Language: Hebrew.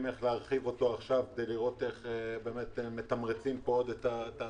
איך להרחיב אותו כדי לתמרץ את התעשייה.